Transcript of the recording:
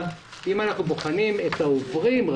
אם אנחנו בוחנים רק את העוברים,